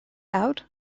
out